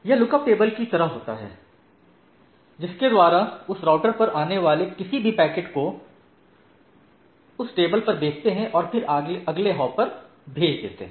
यह lookup table की तरह होता है जिसके द्वारा उस राउटर पर आने वाले किसी भी पैकेट को उस टेबल पर देखते हैं और फिर अगले हॉप पर भेज देते हैं